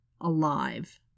alive